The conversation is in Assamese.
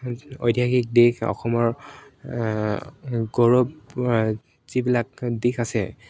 ঐতিহাসিক দিশ অসমৰ গৌৰৱ যিবিলাক দিশ আছে